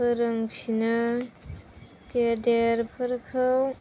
फोरोंफिनो गेदेरफोरखौ